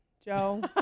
Joe